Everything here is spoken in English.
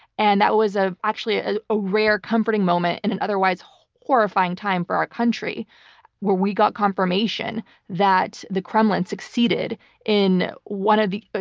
and that was ah actually ah a rare comforting moment in an otherwise horrifying time for our country where we got confirmation that the kremlin succeeded in one of the, but